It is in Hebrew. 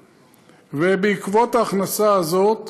ובעקבות ההכנסה הזאת,